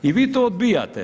I vi to odbijate.